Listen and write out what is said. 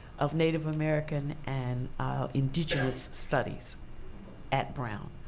of native american and indigenous studies at brown.